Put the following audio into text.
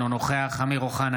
אינו נוכח אמיר אוחנה,